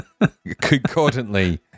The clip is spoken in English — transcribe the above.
Concordantly